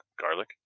garlic